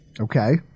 Okay